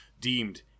deemed